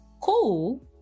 cool